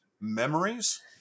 memories